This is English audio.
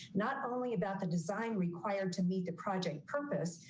not only about the design required to meet the project purpose,